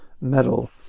metal